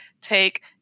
take